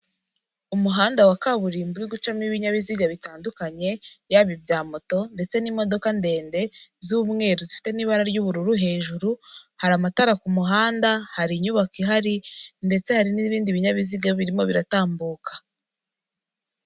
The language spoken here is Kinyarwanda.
Inzu yubatse hafi y'ishyamba ririmo ibiti byinshi amapoto marebamare ariho abatara amurika m'umuhanda urimo imodoka n'amamoto, k'uruhande indabo ubusitani.